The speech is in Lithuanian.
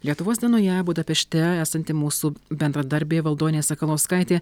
lietuvos dienoje budapešte esanti mūsų bendradarbė valdonė sakalauskaitė